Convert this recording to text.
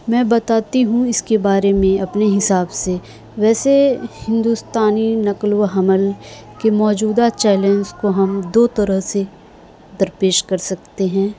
میں بتاتی ہوں اس کے بارے میں اپنے حساب سے ویسے ہندوستانی نقل و حمل کے موجودہ چیلنج کو ہم دو طرح سے درپیش کر سکتے ہیں